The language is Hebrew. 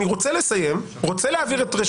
אני רוצה לסיים, רוצה להעביר את רשות הדיבור.